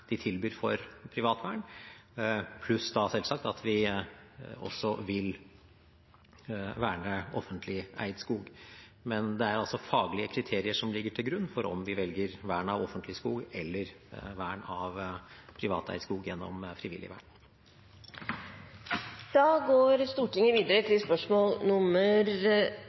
de tilbyr for privat vern, pluss at vi selvsagt også vil verne offentlig eid skog. Men det er altså faglige kriterier som ligger til grunn for om vi velger vern av offentlig skog eller vern av privateid skog gjennom frivillig vern.